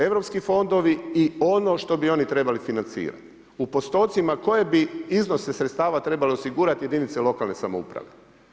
Europski fondovi i ono što bi oni trebali financirat i u postotcima koje bi iznose sredstava trebale osigurat jedinice lokalne samouprave.